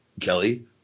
Kelly